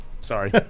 Sorry